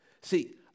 See